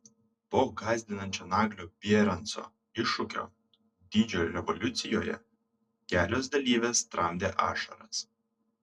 po gąsdinančio naglio bieranco iššūkio dydžio evoliucijoje kelios dalyvės tramdė ašaras